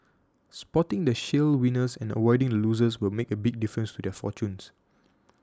spotting the shale winners and avoiding losers will make a big difference to their fortunes